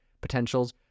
Potentials